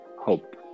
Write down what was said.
hope